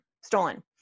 stolen